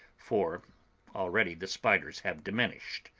for already the spiders have diminished.